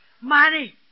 Money